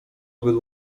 zbyt